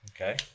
Okay